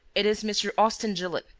it is mr. austin gilett.